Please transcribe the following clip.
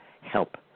help